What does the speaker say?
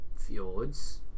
fjords